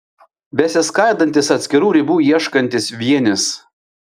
besiskaidantis atskirų ribų ieškantis vienis